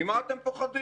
ממה אתם פוחדים?